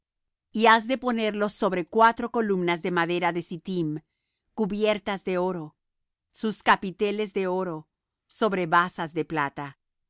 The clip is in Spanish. y has de ponerlo sobre cuatro columnas de madera de sittim cubiertas de oro sus capiteles de oro sobre basas de plata